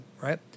right